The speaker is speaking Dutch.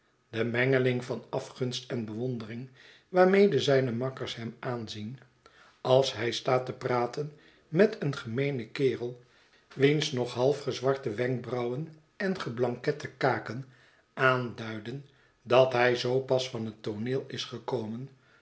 de mengeling van afgunst en bewondering waarmede zijne makkers hem aanzien als hij staat te praten met een gemeenen kerel wiens nog half gezwarte wenkbrauwen en geblankette kaken aanduiden dat hij zoo pas van het tooneel is gekomen